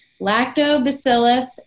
lactobacillus